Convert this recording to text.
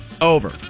Over